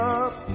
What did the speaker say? up